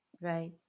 right